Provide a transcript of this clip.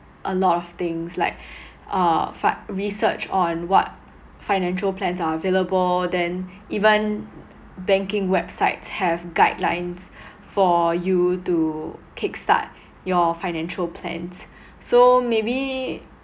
a lot of things like uh fi~ research on what financial plans are available then even banking websites have guidelines for you to kick start your financial plans so maybe